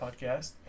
podcast